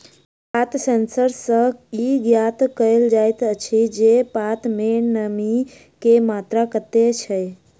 पात सेंसर सॅ ई ज्ञात कयल जाइत अछि जे पात मे नमीक मात्रा कतेक अछि